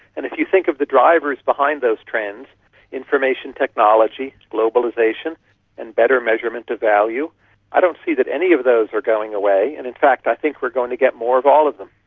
and if you think of the drivers behind those trends information technology, globalisation and better measurement of value i don't see that any of those are going away, and in fact i think we are going to get more of all of them.